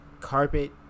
carpet